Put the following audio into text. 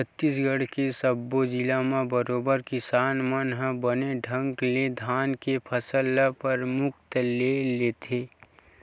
छत्तीसगढ़ के सब्बो जिला म बरोबर किसान मन ह बने ढंग ले धान के फसल ल परमुखता ले लेथे